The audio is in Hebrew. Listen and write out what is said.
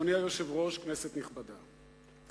אדוני היושב-ראש, כנסת נכבדה,